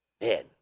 man